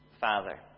father